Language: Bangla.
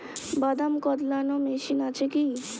বাদাম কদলানো মেশিন আছেকি?